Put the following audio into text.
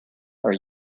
are